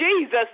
Jesus